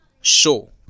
show